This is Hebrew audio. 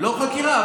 לא חקירה,